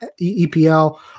EPL